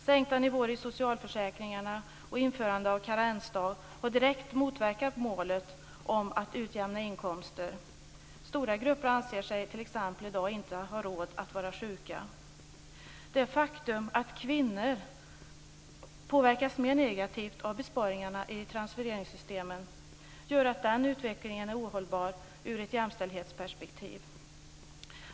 Sänkta nivåer i socialförsäkringarna och införande av karensdag har direkt motverkat målet om att utjämna inkomster. Stora grupper anser sig t.ex. i dag inte ha råd att vara sjuka. Det faktum att kvinnor påverkas mer negativt av besparingarna i transfereringssystemen gör att den utvecklingen är ohållbar i ett jämställdhetsperspektiv.